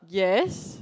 yes